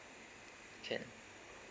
can